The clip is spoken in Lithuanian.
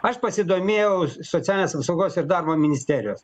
aš pasidomėjau socialinės apsaugos ir darbo ministerijos